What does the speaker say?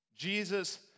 Jesus